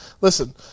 listen